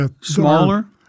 smaller